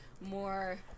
more